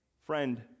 Friend